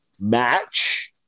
match